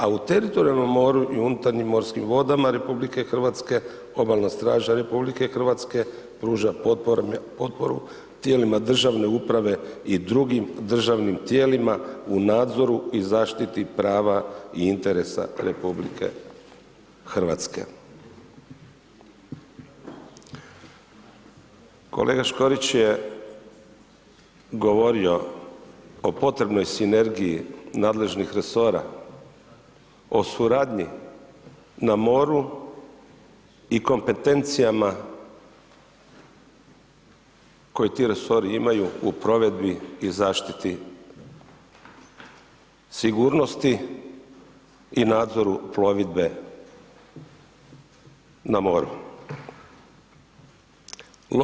A u teritorijalnom moru i unutarnjim morskim vodama RH Obalna straža RH pruža potporu tijelima državne uprave i drugim državnim tijelima u nadzoru i zaštiti prava i interesa RH.“ Kolega Škorić je govorio o potrebnoj sinergiji nadležnih resora, o suradnji na moru i kompetencijama koje ti resori imaju u provedbi i zaštiti sigurnosti i nadzoru plovidbe na moru.